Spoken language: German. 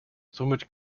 somit